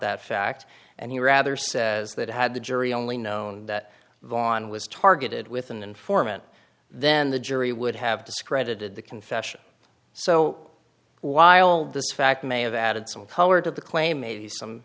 that fact and he rather says that had the jury only known that von was targeted with an informant then the jury would have discredited the confession so while this fact may have added some color to the claim maybe some